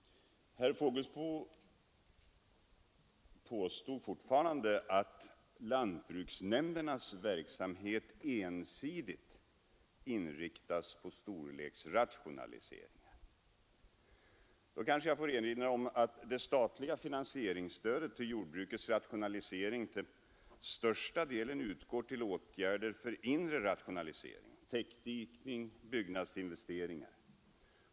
Fortfarande påstår herr Fågelsbo att lantbruksnämndernas verksamhet ensidigt inriktas på storleksrationaliseringar. Kanske jag får erinra om att det statliga finansieringsstödet till jordbrukets rationalisering till största delen utgår till åtgärder för inre rationalisering: täckdikning, byggnadsinvesteringar osv.